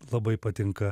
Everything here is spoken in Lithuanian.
labai patinka